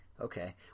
Okay